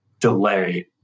delay